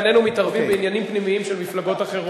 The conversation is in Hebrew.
איננו מתערבים בעניינים פנימיים של מפלגות אחרות.